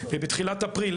בתחילת אפריל,